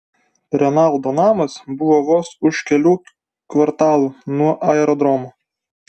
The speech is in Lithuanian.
renaldo namas buvo vos už kelių kvartalų nuo aerodromo